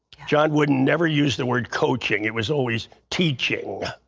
john wooden never used the word coaching. it was always teaching.